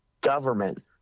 government